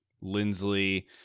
Lindsley